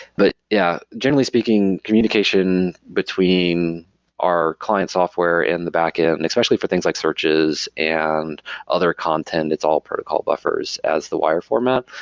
but yeah, generally speaking communication between our client software and the backend, and especially for things like searches and other content, it's all protocol buffers as the wire format.